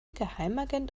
geheimagent